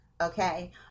okay